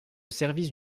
service